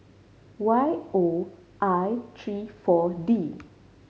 Y O I three Four D